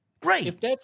Great